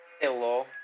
Hello